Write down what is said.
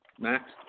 Max